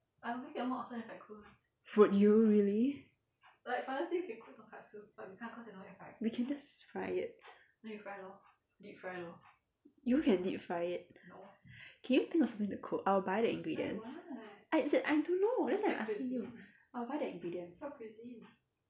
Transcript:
would you really we can just fry it you can deep fry it can you think of something to cook I'll buy the ingredients I as in I don't know that's why I'm asking you I'll buy the ingredients